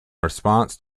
response